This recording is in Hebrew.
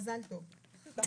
הישיבה ננעלה בשעה 12:25.